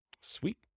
Sweet